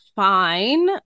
Fine